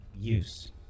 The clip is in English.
use